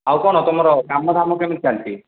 ଆଉ କ'ଣ ତୁମର କାମ ଧାମ କେମିତି ଚାଲିଛି